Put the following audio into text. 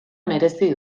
merezi